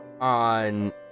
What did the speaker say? on